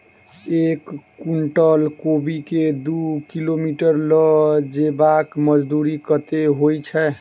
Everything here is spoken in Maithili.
एक कुनटल कोबी केँ दु किलोमीटर लऽ जेबाक मजदूरी कत्ते होइ छै?